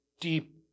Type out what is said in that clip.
deep